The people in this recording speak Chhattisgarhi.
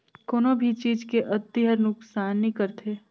कोनो भी चीज के अती हर नुकसानी करथे